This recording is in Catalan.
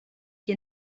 qui